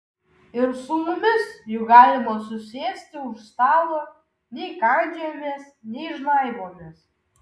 ir su mumis juk galima susėsti už stalo nei kandžiojamės nei žnaibomės